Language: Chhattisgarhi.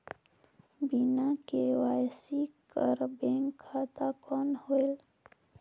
बिना के.वाई.सी कर बैंक खाता कौन होएल?